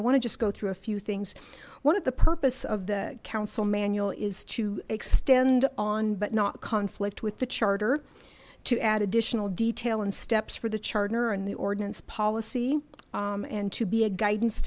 i want to just go through a few things one of the purpose of the council manual is to extend on but not conflict with the charter to add additional detail and steps for the charter and the ordinance policy and to be a guidance